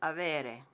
Avere